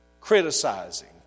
criticizing